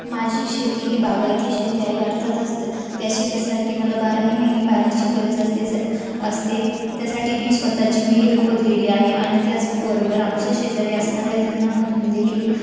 माझी शेती ही बागायती शेती आहे अर्थातच तर त्या शेतीसाठी मला बाराही महिने पाण्याची गरज असते असते त्यासाठी मी स्वतःची विहीर खोदलेली आहे आणि त्याच बरोबर आमच्या शेजारी असणाऱ्या धरणामधून देखील